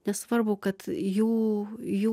nesvarbu kad jų jų